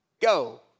Go